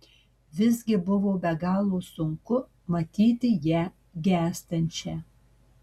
visgi buvo be galo sunku matyti ją gęstančią